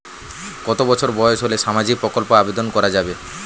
কত বছর বয়স হলে সামাজিক প্রকল্পর আবেদন করযাবে?